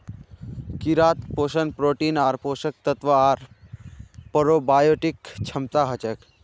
कीड़ात पोषण प्रोटीन आर पोषक तत्व आर प्रोबायोटिक क्षमता हछेक